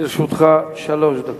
לרשותך שלוש דקות.